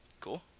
cool